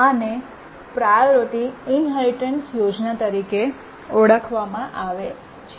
આને priority inheritance યોજના તરીકે ઓળખવામાં આવે છે